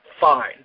Fine